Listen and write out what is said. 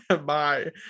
Bye